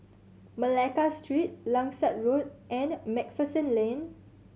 Malacca Street Langsat Road and Macpherson Lane